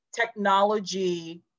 Technology